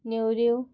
नेवऱ्यो